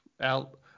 out